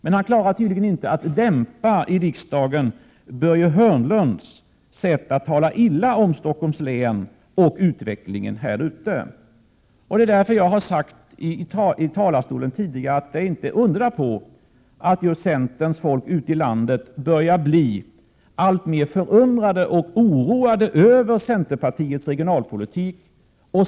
Men han klarar tydligen inte av att i riksdagen dämpa Börje Hörnlunds sätt att tala illa om Stockholms län och utvecklingen där. Det är därför som jag har sagt här från talarstolen att det inte är att undra på att centerns folk ute i landet börjar bli allt mer förundrat och oroat över centerpartiets regionalpolitik.